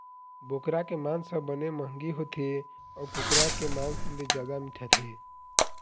बोकरा के मांस ह बने मंहगी होथे अउ कुकरा के मांस ले जादा मिठाथे